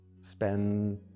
spend